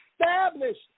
established